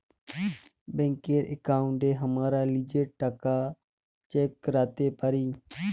ব্যাংকের একাউন্টে হামরা লিজের টাকা চেক ক্যরতে পারি